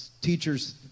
teachers